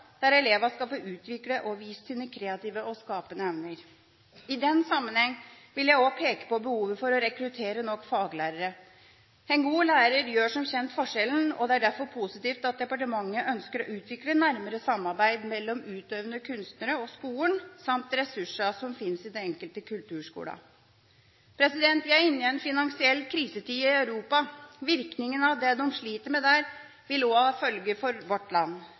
der elevene skal få utviklet og vist sine kreative og skapende evner. I den sammenheng vil jeg også peke på behovet for å rekruttere nok faglærere. En god lærer gjør som kjent forskjellen, og det er derfor positivt at departementet ønsker å utvikle nærmere samarbeid mellom utøvende kunstnere og skolen samt med ressursene som finnes i de enkelte kulturskolene. Vi er inne i en finansiell krisetid i Europa. Virkningene av det de sliter med der, vil også ha følger for vårt land.